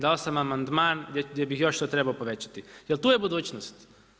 Dao sam amandman gdje bi još to trebalo povećati jel tu je budućnost.